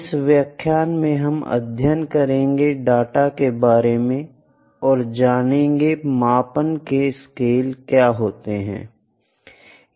इस व्याख्यान में हम अध्ययन करेंगे डाटा के बारे में और जानेंगे मापन के स्केल क्या होते है